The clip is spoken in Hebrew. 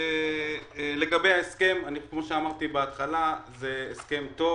לגבי ההסכם, כמו שאמרתי בהתחלה, זה הסכם טוב,